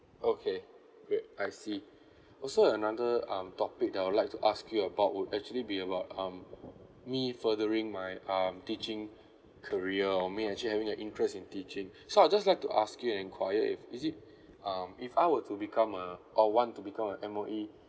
okay great I see also another um topic I would like to ask you about would actually be about um me furthering my um teaching career or me actually having an interest in teaching so I'd just like to ask you and enquire if is it um if I were to become a or want to become an M_O_E